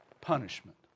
punishment